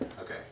Okay